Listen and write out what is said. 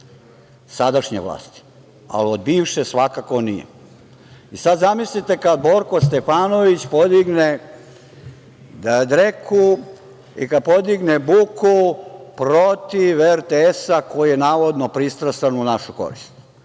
sadašnje vlasti, ali od bivše svakako nije. I sada zamislite kada Borko Stefanović podigne dreku i kada podigne buku protiv RTS-a koji je navodno pristrastan u našu korist.